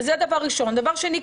ודבר שני,